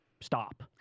stop